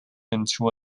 into